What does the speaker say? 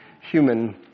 human